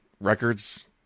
records